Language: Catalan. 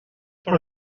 per